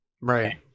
Right